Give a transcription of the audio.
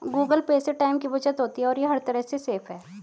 Google Pay से time की बचत होती है और ये हर तरह से सेफ है